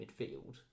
midfield